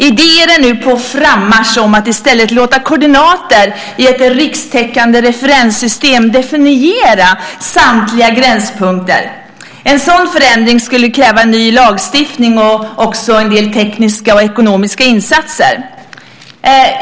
Idéer är nu på frammarsch om att i stället låta koordinater i ett rikstäckande referenssystem definiera samtliga gränspunkter. En sådan förändring skulle kräva en ny lagstiftning och också en del tekniska och ekonomiska insatser.